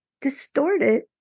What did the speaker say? distorted